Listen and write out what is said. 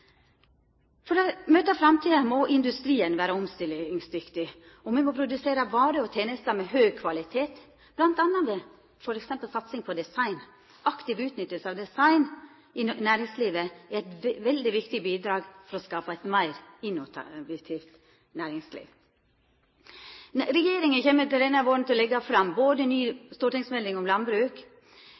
For å møta framtida må industrien vera omstillingsdyktig. Me må produsera varer og tenester av høg kvalitet, f.eks. ved å satsa på design. Aktiv utnytting av design i næringslivet er eit veldig viktig bidrag for å skapa eit meir innovativt næringsliv. Regjeringa kjem denne våren til å leggja fram både ei stortingsmelding om landbruk,